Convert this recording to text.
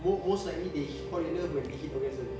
most most likely they fall in love when they hit orgasm